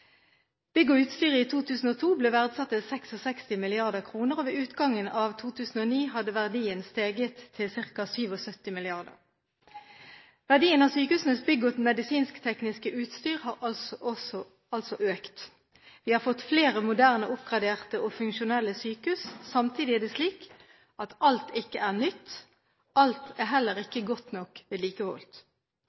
Bygg og utstyr ble i 2002 verdsatt til 66 mrd. kr, og ved utgangen av 2009 hadde verdien steget til ca. 77 mrd. kr. Verdien av sykehusenes bygg- og medisinsktekniske utstyr har altså økt. Vi har fått flere moderne, oppgraderte og funksjonelle sykehus. Samtidig er det slik at ikke alt er nytt, og alt er heller ikke godt nok vedlikeholdt.